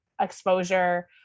exposure